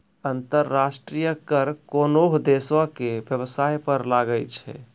अंतर्राष्ट्रीय कर कोनोह देसो के बेबसाय पर लागै छै